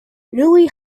newly